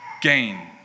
Gain